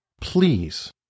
please